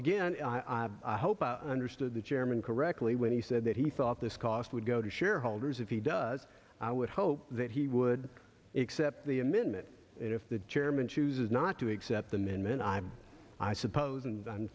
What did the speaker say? again i hope i understood the chairman correctly when he said that he thought this cost would go to shareholders if he does i would hope that he would except the a minute and if the chairman chooses not to accept them and then i'm i suppose and i'm